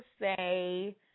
say